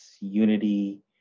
Unity